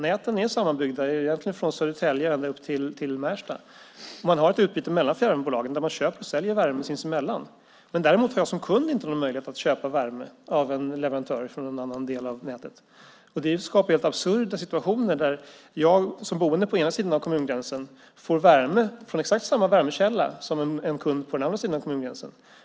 Näten är sammanbyggda egentligen från Södertälje ända upp till Märsta. Man har ett utbyte mellan fjärrvärmebolagen där man köper och säljer värme sinsemellan. Däremot har jag som kund inte någon möjlighet att köpa värme av en leverantör från någon annan del av nätet. Det skapar helt absurda situationer där jag som boende på den ena sidan av kommungränsen får värme från exakt samma värmekälla som en kund på den andra sidan kommungränsen.